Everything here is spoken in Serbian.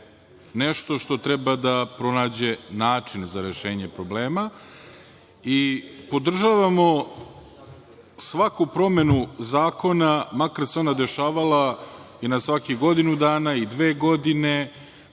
nešto što treba da pronađe način za rešenje problema. Podržavamo svaku promenu zakona, makar se ona dešavala i na svakih godinu dana, dve godine,